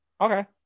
Okay